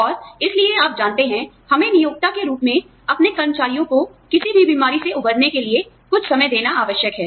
और इसलिए आप जानते हैं हमें नियोक्ता के रूप में अपने कर्मचारियों को किसी भी बीमारी से उबरने के लिए कुछ समय देना आवश्यक है